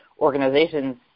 organizations